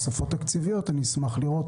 עכשיו תוספות תקציביות ואני אשמח לראות